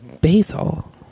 basil